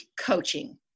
coaching